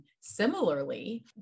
similarly